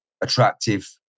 attractive